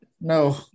no